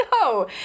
No